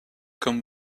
comme